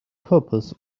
purpose